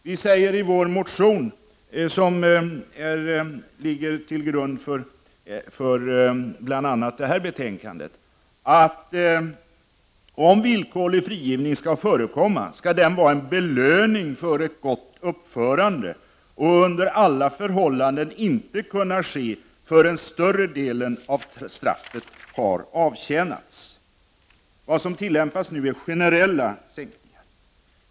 Vi säger i vår mo = Prot. 1989/90:31 tion, som ligger till grund för bl.a. detta betänkande, att om villkorlig frigiv 22 november 1989 ning skall förekomma skall den vara en belöning för ett gott uppförandeoch =S, under alla förhållanden inte kunna ske förrän större delen av straffet har avtjänats. Vad som nu tillämpas är generella sänkningar.